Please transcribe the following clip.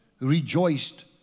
rejoiced